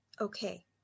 okay